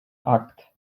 act